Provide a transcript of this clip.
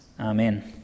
Amen